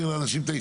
בעד